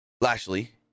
Lashley